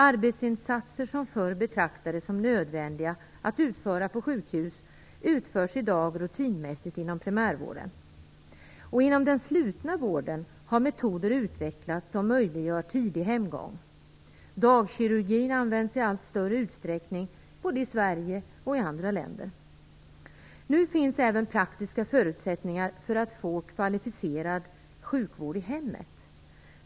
Arbetsinsatser som förr betraktades som nödvändiga att utföra på sjukhus utförs i dag rutinmässigt inom primärvården. Genom den slutna vården har metoder utvecklats som möjliggör tidig hemgång. Dagkirurgin används i allt större utsträckning både i Sverige och i andra länder. Nu finns även praktiska förutsättningar för att få kvalificerad sjukvård i hemmet.